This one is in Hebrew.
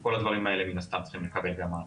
כל הדברים האלה מן הסתם צריכים לקבל גם מענה.